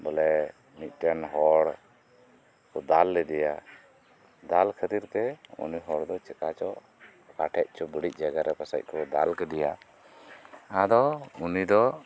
ᱵᱚᱞᱮ ᱢᱤᱫ ᱴᱮᱱ ᱦᱚᱲ ᱫᱟᱞ ᱞᱮᱫᱮᱭᱟ ᱫᱟᱞ ᱠᱷᱟᱹᱛᱤᱨ ᱛᱮ ᱩᱱᱤ ᱦᱚᱲ ᱫᱚ ᱪᱮᱠᱟ ᱪᱚ ᱚᱠᱟ ᱴᱷ ᱮᱡ ᱪᱚ ᱵᱟᱹᱲᱤᱡ ᱡᱟᱭᱜᱟ ᱨᱮ ᱯᱟᱥᱮᱡ ᱠᱚ ᱫᱟᱞ ᱠᱮᱫᱮᱭᱟ ᱟᱫᱚ ᱩᱱᱤ ᱫᱚ